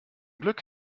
glück